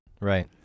right